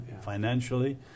financially